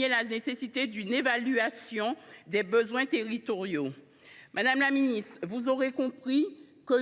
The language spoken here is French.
la nécessité d’une évaluation des besoins territoriaux. Madame la ministre, vous l’aurez compris,